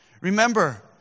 Remember